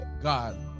God